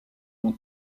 mon